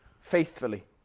faithfully